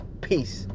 peace